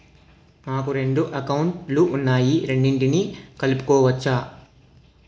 నాకు రెండు అకౌంట్ లు ఉన్నాయి రెండిటినీ కలుపుకోవచ్చా?